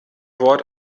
wort